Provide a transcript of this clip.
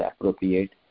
appropriate